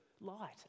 light